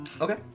Okay